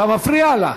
אתה מפריע לה.